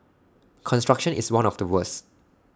construction is one of the worst